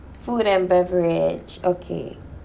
food and beverage okay